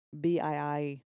BII